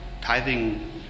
tithing